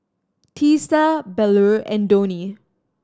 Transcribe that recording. Teesta Bellur and Dhoni